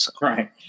Right